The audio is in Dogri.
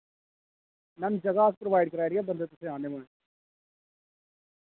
मैम ज'गा अस प्रोवाइड कराई ओड़गे बंदे तुसें आह्नने पौने